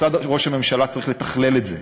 משרד ראש הממשלה צריך לתכלל את זה.